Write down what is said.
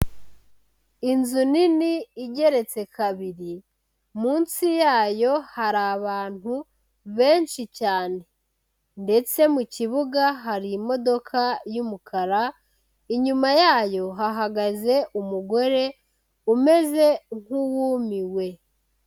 Inzu nini igeretse kabiri, munsi yayo hari abantu benshi cyane ndetse mu kibuga hari imodoka y'umukara, inyuma yayo hahagaze umugore umeze nk'uwumiwe.